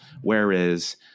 Whereas